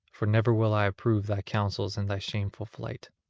for never will i approve thy counsels and thy shameful flight.